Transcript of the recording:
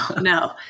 no